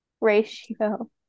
ratio